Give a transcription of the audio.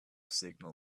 signal